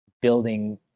building